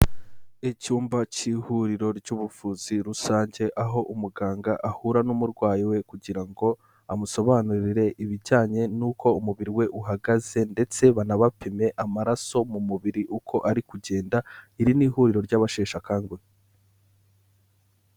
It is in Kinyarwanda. Icyumba cy'ihuriro ry'ubuvuzi rusange aho umuganga ahura n'umurwayi we kugira ngo amusobanurire ibijyanye n'uko umubiri we uhagaze ndetse banabapime amaraso mu mubiri uko ari kugenda, iri ni ihuriro ry'abasheshe akanguhe.